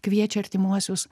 kviečia artimuosius